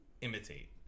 imitate